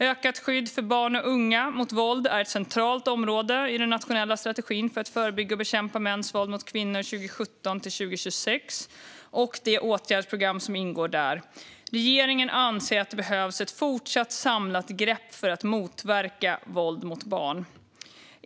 Ökat skydd för barn och unga mot våld är ett centralt område i den nationella strategin för att förebygga och bekämpa mäns våld mot kvinnor 2017-2026 och det åtgärdsprogram som ingår där. Regeringen anser att det behövs ett fortsatt samlat grepp för att motverka våld mot barn.